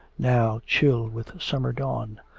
now chill with summer dawn.